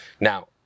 Now